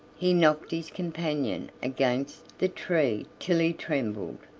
he knocked his companion against the tree till he trembled.